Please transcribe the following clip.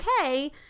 okay